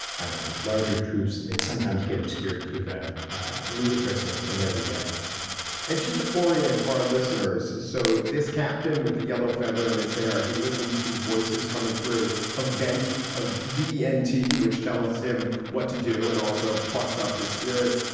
i don't know, larger truth that sometimes get obscured to the ludicrousness of everyday and just to orient our listeners. so this captain with the yellow feather in his hair, he listens to voices coming through a vent of v and a. which tells him what to do and also plucks up his spirits.